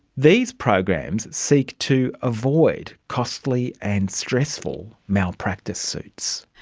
these programs seek to avoid costly and stressful malpractice suits.